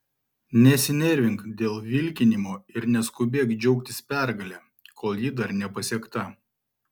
nesinervink dėl vilkinimo ir neskubėk džiaugtis pergale kol ji dar nepasiekta